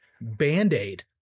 Band-Aid